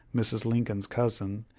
mrs. lincoln's cousin,